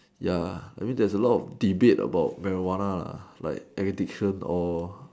ya I mean there's a lot of debate about marijuana lah like addiction or